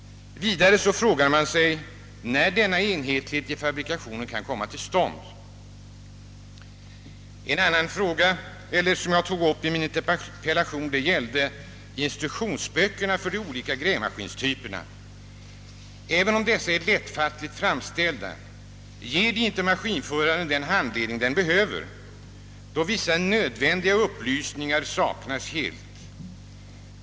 Vidare frågar man sig när denna enhetlighet i fabrikationen kan komma till stånd. Ett annat problem gäller instruktionsböckerna för de olika grävmskins typerna. Även om dessa är lättfattligt framställda, ger de inte maskinföraren den handledning denne behöver, eftersom vissa nödvändiga upplysningar saknas.